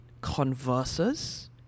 converses